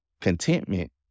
contentment